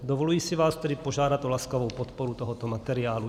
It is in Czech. Dovoluji si vás tedy požádat o laskavou podporu tohoto materiálu.